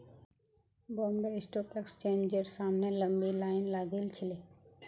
Bombay stock एक्सचेंजेर सामने लंबी लाइन लागिल छिले